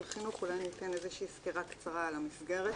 החינוך אני אתן איזה שהיא סקירה קצרה על המסגרת